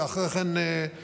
ואחרי כן בספינות,